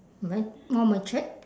more matured